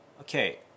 okay